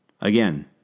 again